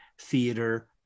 theater